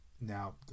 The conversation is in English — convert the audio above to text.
now